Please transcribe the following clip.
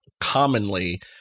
commonly